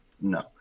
No